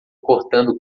cortando